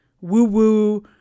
woo-woo